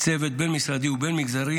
צוות בין-משרדי ובין-מגזרי,